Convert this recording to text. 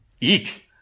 Eek